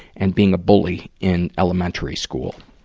and being a bully in elementary school.